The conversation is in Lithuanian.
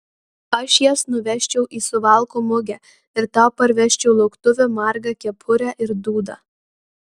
aš jas nuvežčiau į suvalkų mugę ir tau parvežčiau lauktuvių margą kepurę ir dūdą